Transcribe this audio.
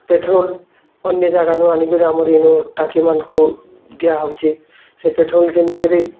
petrol ଅନ୍ୟ ଜାଗାନୁ ଆଣିକରି ଆମର ଏନୁ ଟାଙ୍କିମାନଙ୍କୁ ଦିଆ ହଉଛେ ସେ ପେଟ୍ରୋଲ କେ ନେଇକରି